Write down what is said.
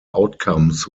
outcomes